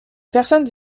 personnes